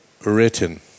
written